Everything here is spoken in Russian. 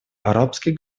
арабских